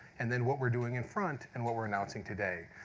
and then what we're doing in front, and what we're announcing today.